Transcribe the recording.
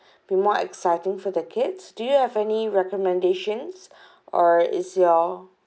be more exciting for the kids do you have any recommendations or is your